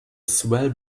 swell